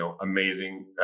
amazing